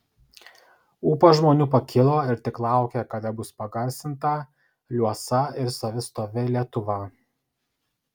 ūpas žmonių pakilo ir tik laukė kada bus pagarsinta liuosa ir savistovi lietuva